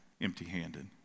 empty-handed